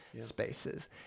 spaces